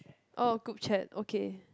oh group chat okay